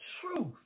truth